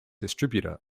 distributor